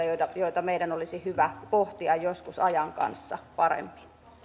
joita joita meidän olisi hyvä pohtia joskus ajan kanssa paremmin